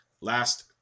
Last